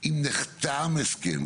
אם נחתם הסכם,